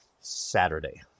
Saturday